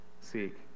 seek